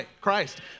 Christ